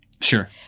Sure